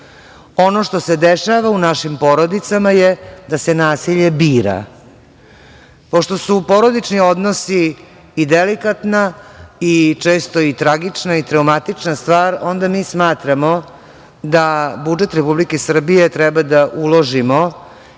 Ono što se dešava u našim porodicama je da se nasilje bira. Pošto su porodični odnosi i delikatna i često tragična i traumatična stvar, onda mi smatramo da budžet Republike Srbije treba da uložimo